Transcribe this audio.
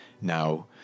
now